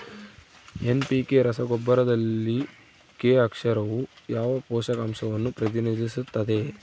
NPK ರಸಗೊಬ್ಬರದಲ್ಲಿ K ಅಕ್ಷರವು ಯಾವ ಪೋಷಕಾಂಶವನ್ನು ಪ್ರತಿನಿಧಿಸುತ್ತದೆ?